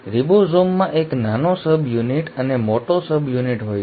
રિબોસોમમાં એક નાનો સબયુનિટ અને મોટો સબયુનિટ હોય છે